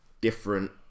different